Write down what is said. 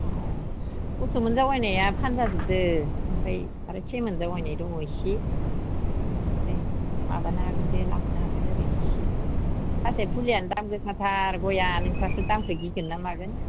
अह असोमोन जावैनाया फानजाजोबदों ओमफ्राय आरो सेमोन जावाइनाय दङ एसे बेनिफ्राय माबानो हागोन दे लांनो हागोन ओरैनो एसे नाथाय फुलिआनो दाम गोसाथार गयआ नोंस्रासो दामखौ गिगोन ना मागोन